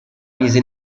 mise